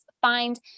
find